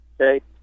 okay